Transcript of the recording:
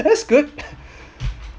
that's good